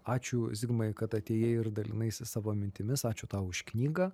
ačiū zigmai kad atėjai ir dalinaisi savo mintimis ačiū tau už knygą